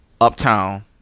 Uptown